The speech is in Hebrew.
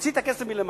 מוציא את הכסף מלמעלה